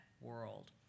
world